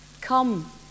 Come